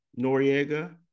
Noriega